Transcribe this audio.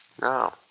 No